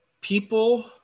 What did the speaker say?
people